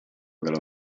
della